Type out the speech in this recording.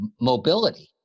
mobility